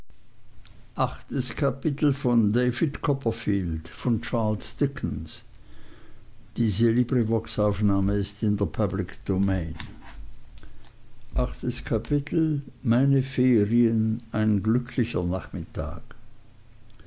meine ferien ein glücklicher nachmittag